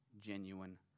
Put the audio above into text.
genuine